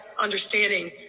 understanding